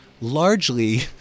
largely